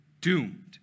doomed